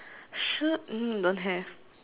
!aiya! let's see ah what else haven't we talk